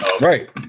Right